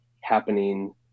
happening